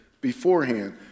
beforehand